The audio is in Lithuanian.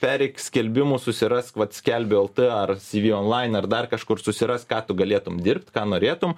pereik skelbimus susirask vat skelbiu lt ar cv onlain ar dar kažkur susirask ką tu galėtum dirbt ką norėtum